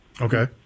Okay